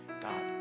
God